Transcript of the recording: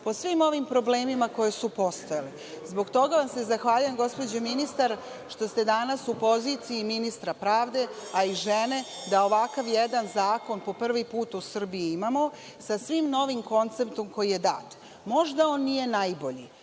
po svim ovim problemima koji su postojali. Zbog toga vam se zahvaljujem, gospođo ministar, što ste danas u poziciji ministra pravde, a i žene, da ovakav jedan zakon po prvi put u Srbiji imamo, sa svim novim konceptom koji je dat. Možda on nije najbolji,